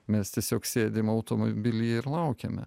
mes tiesiog sėdim automobilyje ir laukiame